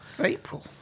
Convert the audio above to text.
April